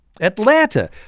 Atlanta